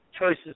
choices